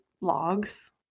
logs